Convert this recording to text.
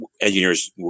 engineers